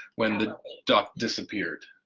when the duck disappeared,